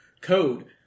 code